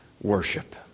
worship